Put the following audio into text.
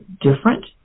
different